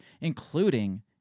including